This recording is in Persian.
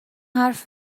حرف